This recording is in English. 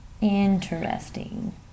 Interesting